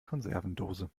konservendose